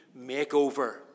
makeover